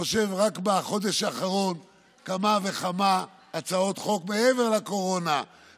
רק בחודש האחרון העליתי פה כמה וכמה הצעות חוק מעבר לקורונה,